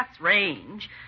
range